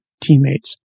teammates